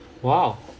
!wow!